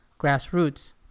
grassroots